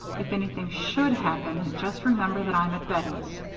if anything should happen, just remember that i'm at bettie's.